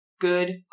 Good